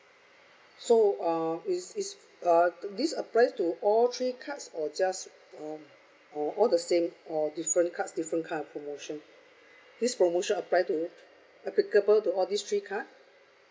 so um is is uh this applies to all three cards or just uh or all the same or different cards different kind of promotion this promotion apply to applicable to all these three card